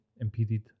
impeded